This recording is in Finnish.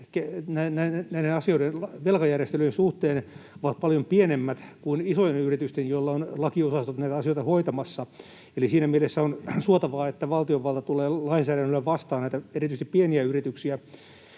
näiden velkajärjestelyjen suhteen ovat paljon pienemmät kuin isojen yritysten, joilla on lakiosastot näitä asioita hoitamassa. Eli siinä mielessä on suotavaa, että valtiovalta tulee lainsäädännöllä erityisesti näitä pieniä yrityksiä